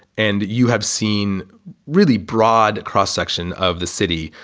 and you have seen really broad cross-section of the city,